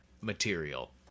material